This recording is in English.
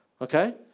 Okay